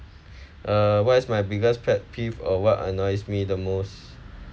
uh what is my biggest pet peeve or what annoys me the most